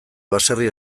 baserri